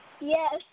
Yes